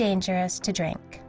dangerous to drink